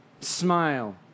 smile